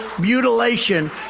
mutilation